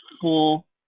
full